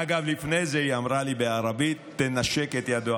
אגב, לפני זה היא אמרה לי בערבית: תנשק את ידו.